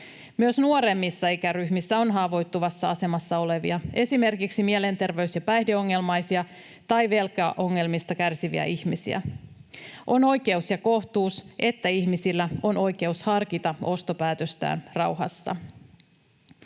Myös nuoremmissa ikäryhmissä on haavoittuvassa asemassa olevia, esimerkiksi mielenterveys- ja päihdeongelmaisia tai velkaongelmista kärsiviä ihmisiä. On oikeus ja kohtuus, että ihmisillä on oikeus harkita ostopäätöstään rauhassa.